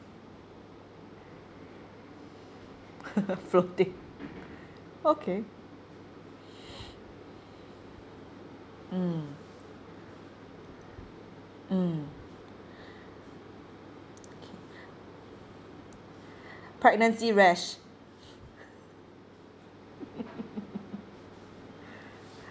floating okay mm mm okay pregnancy rash